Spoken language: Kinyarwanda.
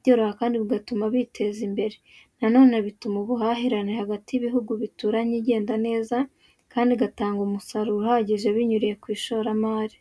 byoroha kandi bigatuma biteza imbere. Na none bituma ubuhahirane hagati y'ibihugu bituranye igenda neza kandi igatanga umusaruro uhagije binyuriye ku ishoramari.